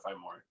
more